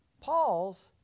Paul's